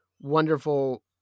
wonderful